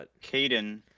Caden